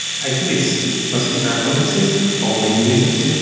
i think it's mostly performances for many reasons.